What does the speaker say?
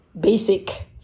basic